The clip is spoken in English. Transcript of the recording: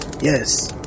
Yes